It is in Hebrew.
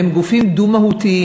הם גופים דו-מהותיים.